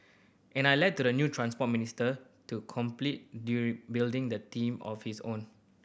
and I led to the new Transport Minister to complete building a team on his own